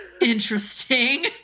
Interesting